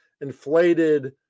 inflated